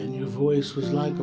in your voice was like